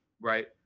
right